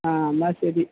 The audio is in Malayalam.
ആ എന്നാല് ശരി